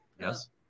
Yes